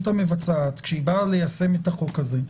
המבצעת כשהיא באה ליישם את החוק הזה,